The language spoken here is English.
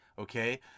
Okay